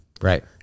Right